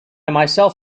myself